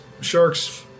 sharks